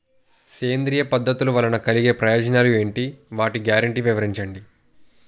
సేంద్రీయ పద్ధతుల వలన కలిగే ప్రయోజనాలు ఎంటి? వాటి గ్యారంటీ వివరించండి?